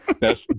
Best